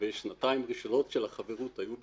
ושנתיים ראשונות של החברות היו בחינם,